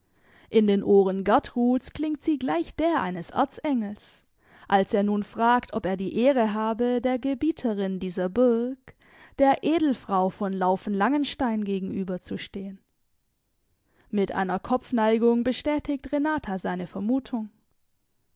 in den ohren gertruds klingt sie gleich der eines erzengels als er nun fragt ob er die ehre habe der gebieterin dieser burg der edelfrau von laufen langenstein gegenüber zu stehen mit einer kopfneigung bestätigt renata seine vermutung